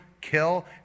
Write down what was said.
kill